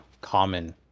common